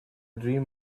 dream